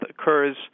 occurs